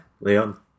Leon